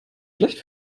schlecht